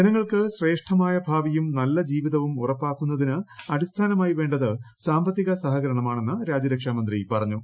ജനങ്ങൾക്ക് ശ്രേഷ്ഠമായ ഭാവിയും നല്ല ജീവിതവും ഉറപ്പാക്കുന്നതിന് അടിസ്ഥാനമായി വേണ്ടത് സാമ്പത്തിക സഹകരണമാണെന്ന് രാജ്യരക്ഷാമന്ത്രി പറഞ്ഞു